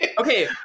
okay